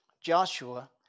Joshua